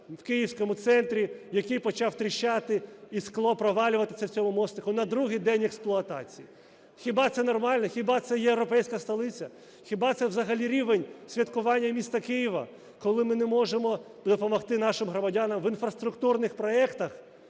в київському центрі, який почав тріщати і скло провалюватися в цьому мостику на другий день експлуатації. Хіба це нормально? Хіба це європейська столиця? Хіба це взагалі рівень святкування міста Києва, коли ми не можемо допомогти нашим громадянам в інфраструктурних проектах,